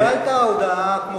קיבלת הודעה כמו כולם.